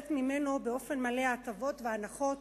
נשללות ממנו באופן מלא ההטבות וההנחות,